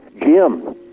Jim